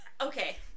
Okay